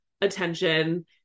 attention